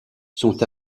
sont